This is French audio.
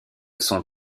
son